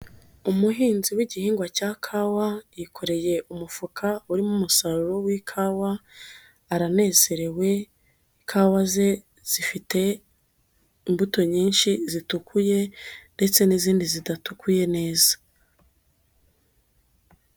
Umuhinzi w'igihingwa cya Kawa yikoreye umufuka urimo umusaruro w'ikawa, aranezerewe, ikawa ze zifite imbuto nyinshi zitukuye ndetse n'izindi zidatukuye neza.